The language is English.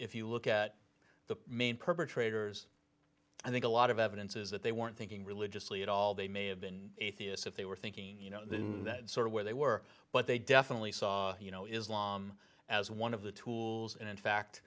if you look at the main perpetrators i think a lot of evidence is that they weren't thinking religiously at all they may have been atheists if they were thinking you know sort of where they were but they definitely saw you know islam as one of the tools and in fact